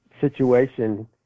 situation